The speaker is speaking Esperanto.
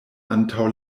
antaŭ